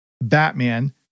Batman